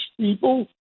people